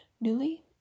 newly